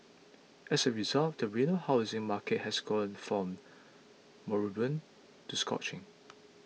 as a result the Reno housing market has gone from moribund to scorching